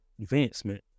advancement